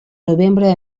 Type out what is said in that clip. novembre